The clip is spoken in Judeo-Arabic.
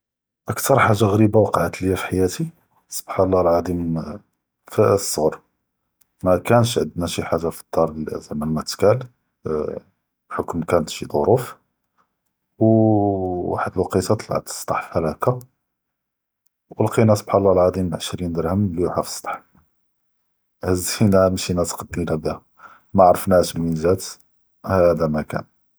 אקטאר חאגה גריבה ווקאע’לי פ חיאתי סובחאן אללה אלעזים פ ס’סור, מא כאנש ענדנא פ לדאר זעמא תתקאל ח’כ’ם כנת שאי צורוף, ווווא ואחד אלוווקטה טלאת ללס’טח בחאל הקא, ו לקטנא סובחאן אללה אלעזים עש’רין דרהם מליו’חה פ לס’טח, הזפינא משינא תגדינא ביה, מא ארפנאש מינין ג’את, הדא מאקן.